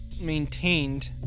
maintained